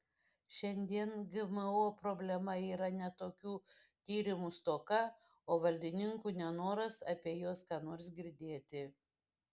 šiandien gmo problema yra ne tokių tyrimų stoka o valdininkų nenoras apie juos ką nors girdėti